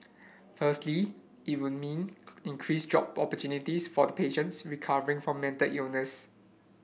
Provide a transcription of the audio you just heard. firstly it will mean increased job opportunities for patients recovering from mental illness